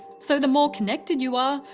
so the more connected you are,